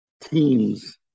Teams